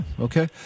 Okay